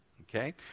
Okay